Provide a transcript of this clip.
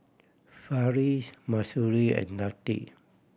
Farish Mahsuri and Latif